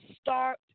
Start